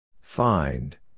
Find